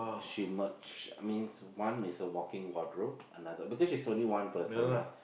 she merged I means one is a walk in wardrobe another because she's only one person right